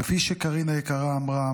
כפי שקארין היקרה אמרה,